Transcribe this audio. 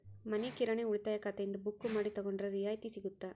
ಮನಿ ಕಿರಾಣಿ ಉಳಿತಾಯ ಖಾತೆಯಿಂದ ಬುಕ್ಕು ಮಾಡಿ ತಗೊಂಡರೆ ರಿಯಾಯಿತಿ ಸಿಗುತ್ತಾ?